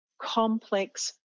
complex